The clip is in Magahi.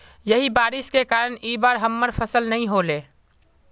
यही बारिश के कारण इ बार हमर फसल नय होले?